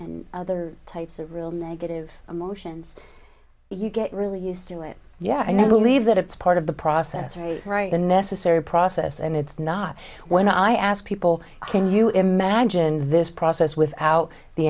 and other types of real negative emotions you get really used to it yeah i know believe that it's part of the process and right the necessary process and it's not when i ask people can you imagine this process without the